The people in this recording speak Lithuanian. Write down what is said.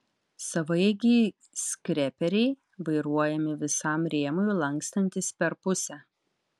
savaeigiai skreperiai vairuojami visam rėmui lankstantis per pusę